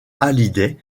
hallyday